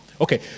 Okay